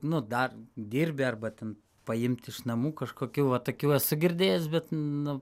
nu dar dirbi arba ten paimt iš namų kažkokių va tokių esu girdėjęs bet nu